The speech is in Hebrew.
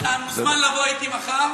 אתה מוזמן לבוא אתי מחר